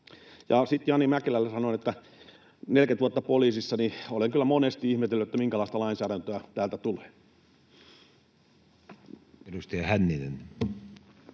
Sitten Jani Mäkelälle sanon: 40 vuotta poliisissa, ja olen kyllä monesti ihmetellyt, minkälaista lainsäädäntöä täältä tulee. [Speech